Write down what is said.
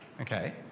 Okay